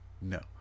No